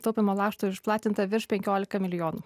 taupymo lakštų išplatinta virš penkiolika milijonų